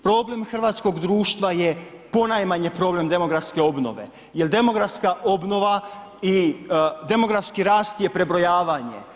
Problem hrvatskog društva je ponajmanje problem demografske obnove jer demografska obnova i demografski rast je prebrojavanje.